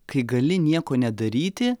kai gali nieko nedaryti